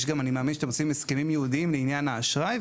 אני גם מאמין שאתם עושים הסכמים ייעודיים לעניין האשראי,